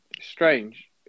strange